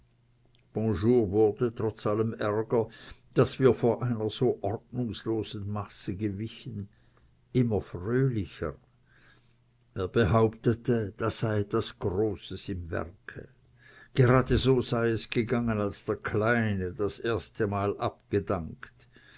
bonjour wurde trotz allem aerger daß wir vor einer so ordnungslosen masse gewichen immer fröhlicher er behauptete da sei etwas großes im werke gerade so sei es gegangen als der kleine das erste mal abgedankt